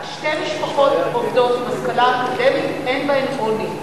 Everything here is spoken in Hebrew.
שתי משפחות עובדות עם השכלה אקדמית, אין בהן עוני.